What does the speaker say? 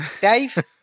Dave